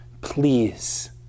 Please